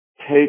take